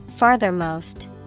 Farthermost